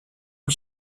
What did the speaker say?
was